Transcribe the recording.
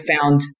found